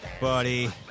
buddy